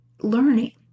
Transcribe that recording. Learning